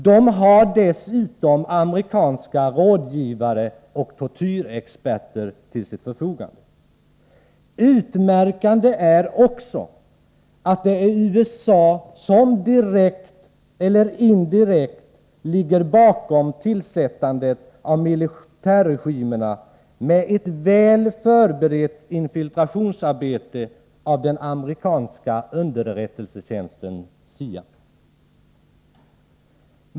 De har dessutom amerikanska rådgivare och tortyrexperter till sitt förfogande. Utmärkande är också att det är USA som direkt eller indirekt ligger bakom tillsättandet av militärregimerna med ett väl förberett infiltrationsarbete av den amerikanska underrättelsetjänsten CIA.